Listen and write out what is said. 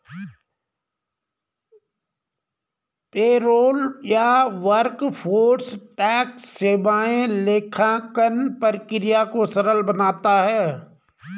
payroll या workforce tax सेवाएं लेखांकन प्रक्रिया को सरल बनाता है